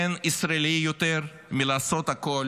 אין ישראלי יותר מלעשות הכול